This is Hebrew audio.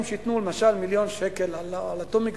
שייתנו למשל מיליון שקלים על אותו מגרש?